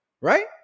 right